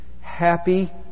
happy